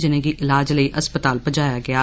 जिनेंगी इलाज लेई अस्पताल पजाया गया